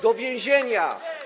Do więzienia.